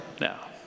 now